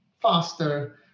faster